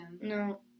No